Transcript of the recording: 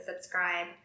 subscribe